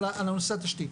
על נושא התשתית.